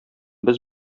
без